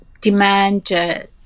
demand